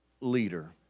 leader